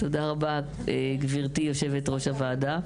תודה רבה, גברתי יושבת-ראש הוועדה.